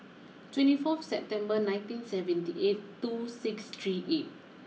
twenty four September nineteen seventy eight two six three eight